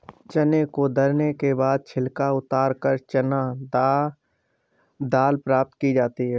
चने को दरने के बाद छिलका उतारकर चना दाल प्राप्त की जाती है